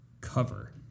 cover